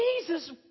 Jesus